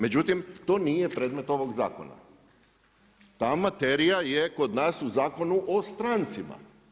Međutim, to nije predmet ovog zakona. ta materija je kod nas u Zakonu o strancima.